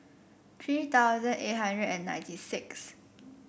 three thousand eight hundred and ninety six